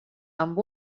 amb